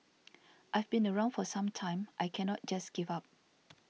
I've been around for some time I cannot just give up